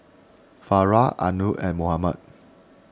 Farah Anuar and Muhammad